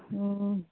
ꯎꯝ